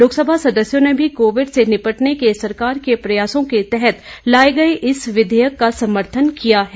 लोकसभा सदस्यों ने भी कोविड से निपटने के सरकार के प्रयासों के तहत लाए गए इस विधेयक का समर्थन किया है